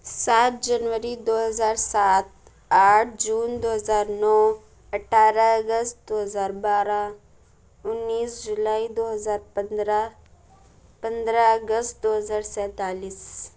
سات جنوری دو ہزار سات آٹھ جون دو ہزار نو اٹھارہ اگست دو ہزار بارہ انیس جولائی دو ہزار پندرہ پندرہ اگست دو ہزار سینتالیس